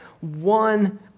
one